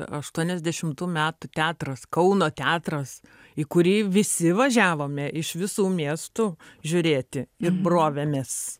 aštuoniasdešimų metų teatras kauno teatras į kurį visi važiavome iš visų miestų žiūrėti ir brovėmės